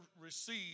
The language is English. receive